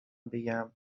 بگم